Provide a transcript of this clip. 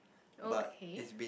okay